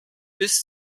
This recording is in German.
bis